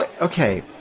okay